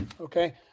Okay